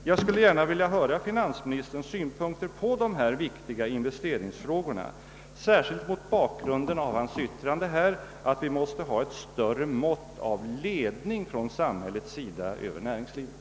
Jag skulle gärna vilja höra finansministerns synpunkter på dessa viktiga investeringsfrågor, särskilt mot bakgrunden av hans yttrande att vi måste ha ett större mått av ledning från samhällets sida över näringslivet.